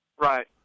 Right